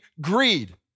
greed